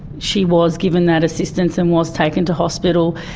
she was given that assistance and was taken to hospital,